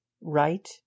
right